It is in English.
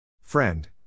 Friend